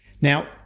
Now